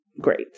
Great